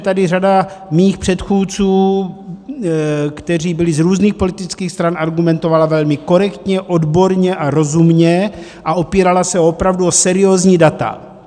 Tady řada mých předchůdců, kteří byli z různých politických stran, argumentovala velmi korektně, odborně a rozumně a opírala se opravdu o seriózní data.